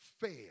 fail